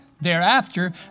Thereafter